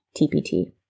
TPT